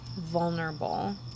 vulnerable